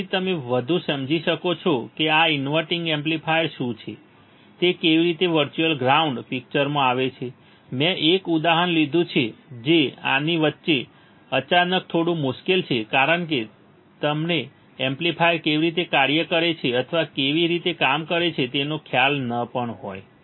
તેથી તમે વધુ સમજી શકો છો કે આ ઇન્વર્ટીંગ એમ્પ્લીફાયર શું છે તે કેવી રીતે વર્ચ્યુઅલ ગ્રાઉન્ડ પિક્ચરમાં આવે છે મેં એક ઉદાહરણ લીધું છે જે આની વચ્ચે અચાનક થોડું મુશ્કેલ છે કારણ કે તમને એપ્લીફાયર કેવી રીતે કાર્ય કરે છે અથવા કેવી રીતે કામ કરે છે તેનો ખ્યાલ ન પણ હોય